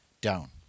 down